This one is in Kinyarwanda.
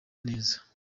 neza